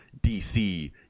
DC